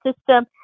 system